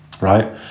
right